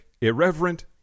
irreverent